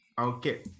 Okay